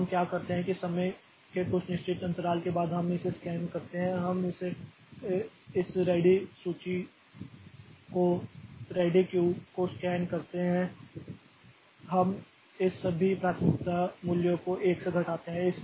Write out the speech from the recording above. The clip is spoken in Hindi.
अब हम क्या करते हैं कि समय के कुछ निश्चित अंतराल के बाद हम इसे स्कैन करते हैं हम इस रेडी सूची को रेडी क्यू को स्कैन करते हैं और हम इस सभी प्राथमिकता मूल्यों को 1 से घटाते हैं